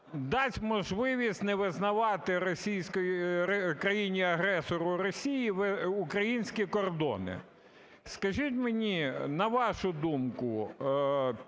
дасть можливість не визнавати країні-агресору Росії українські кордони. Скажіть мені, на вашу думку,